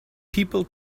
people